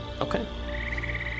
Okay